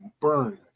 burn